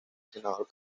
senador